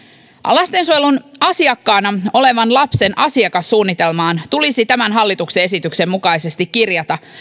lastensuojelun asiakkaana olevan lapsen asiakassuunnitelmaan tulisi tämän hallituksen esityksen mukaisesti kirjata